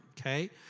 okay